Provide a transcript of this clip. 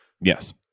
yes